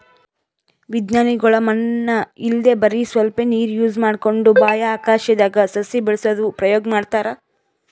ವಿಜ್ಞಾನಿಗೊಳ್ ಮಣ್ಣ್ ಇಲ್ದೆ ಬರಿ ಸ್ವಲ್ಪೇ ನೀರ್ ಯೂಸ್ ಮಾಡ್ಕೊಂಡು ಬಾಹ್ಯಾಕಾಶ್ದಾಗ್ ಸಸಿ ಬೆಳಸದು ಪ್ರಯೋಗ್ ಮಾಡ್ತಾರಾ